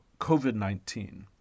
COVID-19